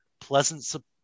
pleasant